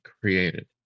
created